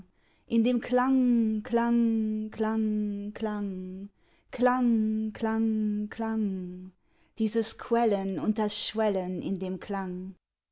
in dem klang klang klang klang klang klang klang dieses quellen und das schwellen in dem klang